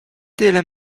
tyle